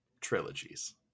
trilogies